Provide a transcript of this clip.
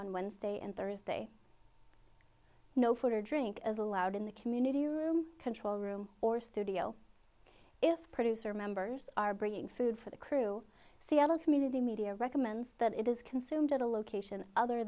on wednesday and thursday no food or drink as allowed in the community room control room or studio if producer members are bringing food for the crew seattle community media recommends that it is consumed at a location other